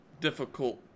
difficult